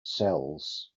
cells